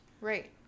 right